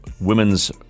Women's